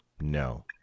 no